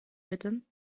bitten